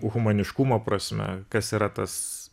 humaniškumo prasme kas yra tas